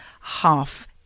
half